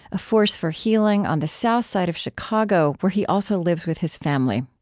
a force for healing on the south side of chicago, where he also lives with his family.